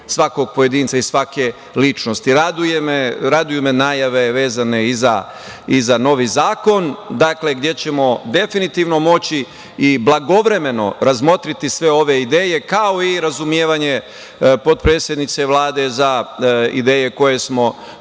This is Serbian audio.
svakog pojedinca i svake ličnosti. Raduju me najave vezane i za novi zakon, dakle, gde ćemo definitivno moći i blagovremeno razmotriti sve ove ideje, kao i razumevanje potpredsednice Vlade za ideje koje smo